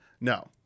No